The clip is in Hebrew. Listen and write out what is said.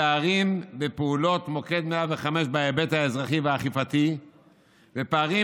פערים בפעולות מוקד 105 בהיבט האזרחי והאכיפתי ופערים